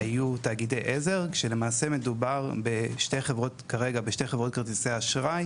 היו תאגידי עזק כשלמעשה מדובר כרגע בשתי חברות כרטיסי האשראי